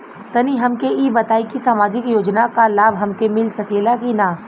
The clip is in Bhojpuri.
तनि हमके इ बताईं की सामाजिक योजना क लाभ हमके मिल सकेला की ना?